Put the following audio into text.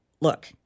Look